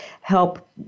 help